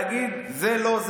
להגיד: זה לא,